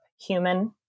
human